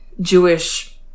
jewish